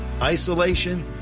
Isolation